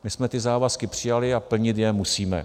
My jsme ty závazky přijali a plnit je musíme.